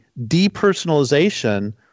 depersonalization